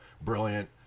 brilliant